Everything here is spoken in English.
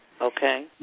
Okay